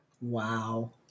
Wow